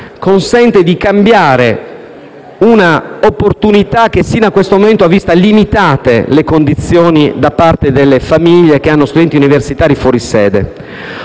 consente di cambiare un'opportunità che, sino a questo momento, ha visto limitate le condizioni da parte delle famiglie i cui figli sono studenti universitari fuori sede.